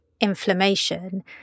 inflammation